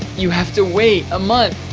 you have to wait a month.